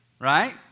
right